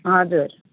हजुर